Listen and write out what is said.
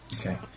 Okay